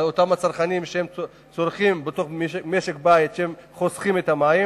אותם הצרכנים שבתוך משק-הבית חוסכים מים,